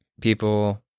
people